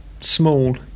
small